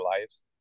lives